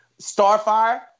Starfire